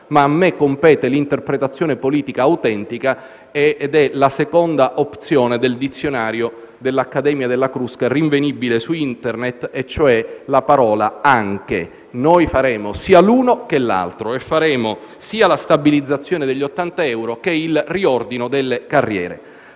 ma a me compete l'interpretazione politica autentica, che è la seconda opzione del dizionario dell'Accademia della Crusca rinvenibile su Internet, e cioè la parola «anche». Noi faremo sia l'uno che l'altro: procederemo sia alla stabilizzazione del *bonus* degli 80 euro, che al riordino delle carriere.